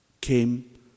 came